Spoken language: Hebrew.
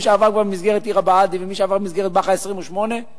למי שעבר כבר במסגרת עיר הבה"דים ומי שעבר במסגרת בח"א 27 ו-28,